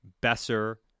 Besser